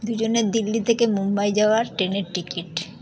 দুজনের দিল্লি থেকে মুম্বাই যাওয়ার ট্রেনের টিকিট